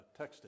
texting